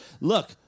Look